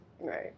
Right